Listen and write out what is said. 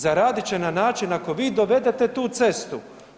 Zaradit će na način ako vi dovedete tu cestu.